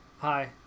hi